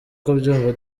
kubyumva